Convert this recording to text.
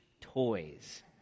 toys